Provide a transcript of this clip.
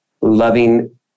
loving